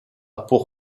pour